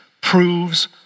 proves